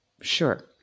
Sure